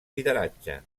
lideratge